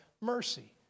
mercy